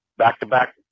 back-to-back